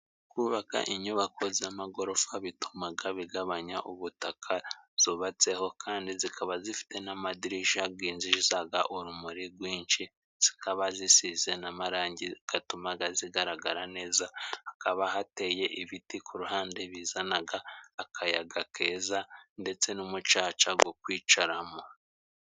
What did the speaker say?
Kubaka inyubako z'amagorofa bitumaga bigabanya ubutaka zubatseho, kandi zikaba zifite n'amadirisha ginjizaga urumuri gwinshi, zikaba zisize n'amarangi gatumaga zigaragara neza, hakaba hateye ibiti ku ruhande bizanaga akayaga keza, ndetse n'umucaca gwo kwicaramo.